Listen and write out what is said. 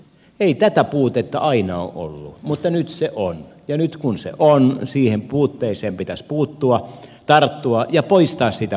ei tätä puutetta aina ole ollut mutta nyt se on ja nyt kun se on siihen puutteeseen pitäisi puuttua tarttua ja poistaa sitä puutetta